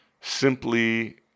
simply